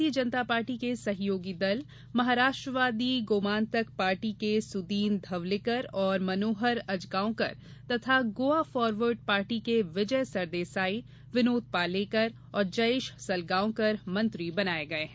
भारतीय जनता पार्टी के सहयोगी दल महाराष्ट्रवादी गोमांतक पार्टी के सुदीन धवलिकर और मनोहर अजगांवकर तथा गोवा फॉरवर्ड पार्टी के विजय सरदेसाई विनोद पालेकर और जयेश सलगांवकर मंत्री बनाए गये हैं